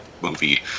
movie